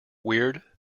weird